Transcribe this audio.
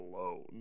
alone